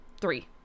Three